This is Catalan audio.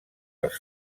els